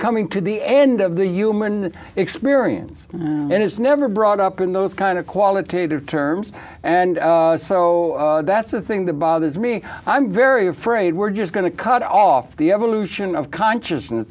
coming to the end of the human experience and it's never brought up in those kind of qualitative terms and so that's the thing that bothers me i'm very afraid we're just going to cut off the evolution of consciousness